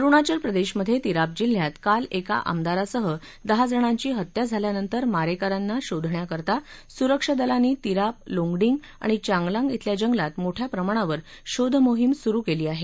अरुणाचल प्रदेशमध्ये तिराप जिल्ह्यात काल एका आमदारासह दहाजणांची हत्या झाल्यानंतर मारेकऱ्यांना शोधण्याकरता सुरक्षा दलांनी तिराप लोंगडिंग आणि चांगलांग बल्या जंगलात मोठया प्रमाणावर शोधमोहीम सुरु केली आहे